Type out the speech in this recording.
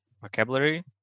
vocabulary